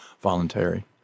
voluntary